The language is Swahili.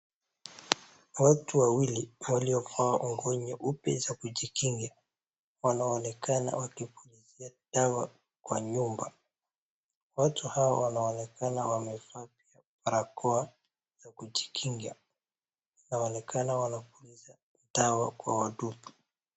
Watu wawili waliovaa nguo nyeupe za kujikinga wanaonekana wakipulizia dawa kwa nyumba, watu hawa wanaonekana wamevaa barakoa ya kujikinga, inaonekana wanapuliza dawa kwa wadudu.